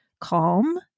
calm